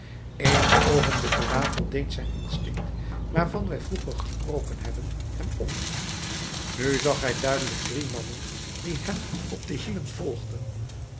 eenige oogenblikken later deed zijn instinct waarvan wij vroeger gesproken hebben hem omzien nu zag hij duidelijk drie mannen die hem op de hielen volgden